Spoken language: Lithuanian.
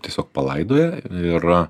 tiesiog palaidoję ir